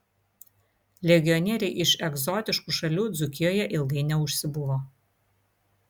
legionieriai iš egzotiškų šalių dzūkijoje ilgai neužsibuvo